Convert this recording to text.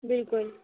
بِلکُل